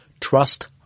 trust